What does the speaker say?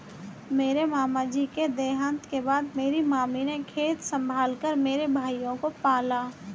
मेरे मामा जी के देहांत के बाद मेरी मामी ने खेत संभाल कर मेरे भाइयों को पाला